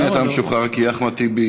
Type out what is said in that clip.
השאלה שלי